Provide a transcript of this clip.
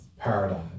paradigm